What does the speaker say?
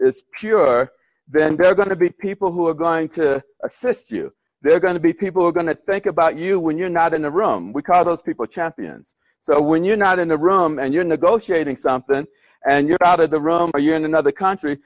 is pure then prayer going to be people who are going to assess you they're going to be people are going to think about you when you're not in a room we call those people champions so when you're not in a room and you're negotiating something and you're out of the room or you're in another country